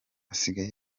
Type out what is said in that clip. hasigaye